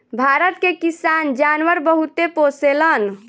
भारत के किसान जानवर बहुते पोसेलन